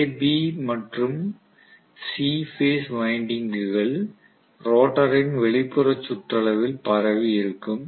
A B மற்றும் C phase வைண்டிங்க்குகள் ரோட்டரின் வெளிப்புற சுற்றளவில் பரவி இருக்கும்